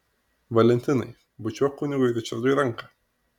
valentinai bučiuok kunigui ričardui ranką